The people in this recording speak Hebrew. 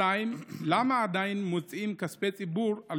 2. למה עדיין מוציאים כספי ציבור על